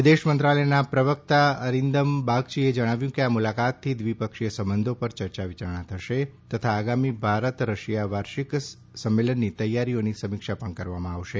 વિદેશ મંત્રાલયના પ્રવક્તા અરિંદમ બાગચીએ જણાવ્યું કે આ મુલાકાતથી દ્વિપક્ષીય સંબંધો પર ચર્ચા વિચારણા થશે તથા આગામી ભારત રશિયા વાર્ષિક સંમેલનની તૈયારીઓની સમીક્ષા પણ કરવામાં આવશે